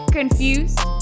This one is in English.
confused